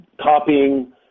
copying